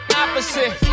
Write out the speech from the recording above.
opposite